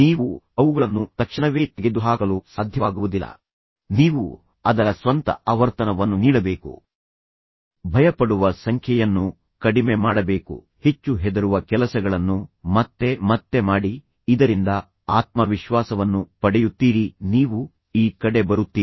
ನೀವು ಅವುಗಳನ್ನು ತಕ್ಷಣವೇ ತೆಗೆದುಹಾಕಲು ಸಾಧ್ಯವಾಗುವುದಿಲ್ಲ ನೀವು ಅದರ ಸ್ವಂತ ಆವರ್ತನವನ್ನು ನೀಡಬೇಕು ನೀವು ಭಯಪಡುವ ಸಂಖ್ಯೆಯನ್ನು ಕಡಿಮೆ ಮಾಡಬೇಕು ಅದನ್ನು ಕಡಿಮೆ ಮಾಡಿ ನೀವು ಹೆಚ್ಚು ಹೆದರುವ ಕೆಲಸಗಳನ್ನು ಮತ್ತೆ ಮತ್ತೆ ಮಾಡಿ ಇದರಿಂದ ನೀವು ಆತ್ಮವಿಶ್ವಾಸವನ್ನು ಪಡೆಯುತ್ತೀರಿ ನೀವು ಈ ಕಡೆ ಬರುತ್ತೀರಿ